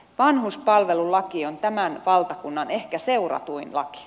vanhuspalvelulaki on tämän valtakunnan ehkä seuratuin laki